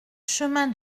chemin